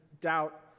doubt